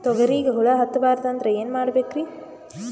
ತೊಗರಿಗ ಹುಳ ಹತ್ತಬಾರದು ಅಂದ್ರ ಏನ್ ಮಾಡಬೇಕ್ರಿ?